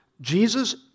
Jesus